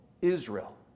Israel